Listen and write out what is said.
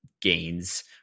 gains